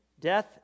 death